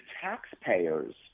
taxpayers